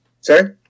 Sorry